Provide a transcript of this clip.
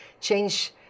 change